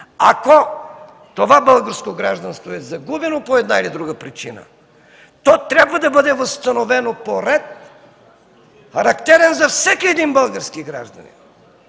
Ако това българско гражданство е загубено по една или друга причина, то трябва да бъде възстановено по ред, характерен за всеки един български гражданин,